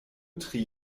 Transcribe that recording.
tri